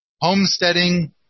homesteading